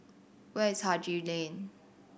where is Haji Lane